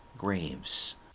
graves